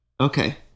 Okay